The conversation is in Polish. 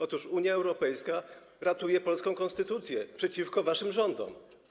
Otóż Unia Europejska ratuje polską konstytucję przed waszymi rządami.